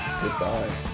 Goodbye